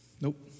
Nope